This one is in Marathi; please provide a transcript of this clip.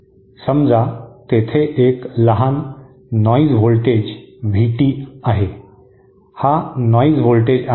समजा तेथे एक लहान नॉईज व्होल्टेज व्ही टी आहे हा नॉईज व्होल्टेज आहे